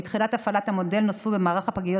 מתחילת הפעלת המודל נוספו במערך הפגיות